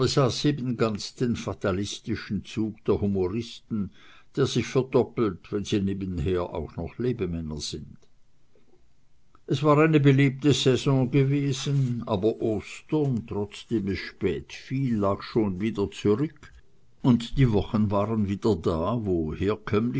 ganz den fatalistischen zug der humoristen der sich verdoppelt wenn sie nebenher auch noch lebemänner sind es war eine belebte saison gewesen aber ostern trotzdem es spät fiel lag schon wieder zurück und die wochen waren wieder da wo